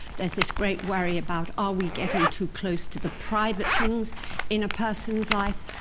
there's this great worry about are we getting too close to the private things in a person's life,